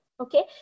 Okay